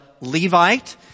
Levite